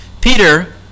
Peter